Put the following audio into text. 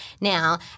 now